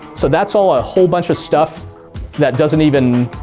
so that's all a whole bunch of stuff that doesn't even,